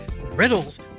riddles